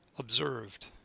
observed